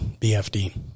BFD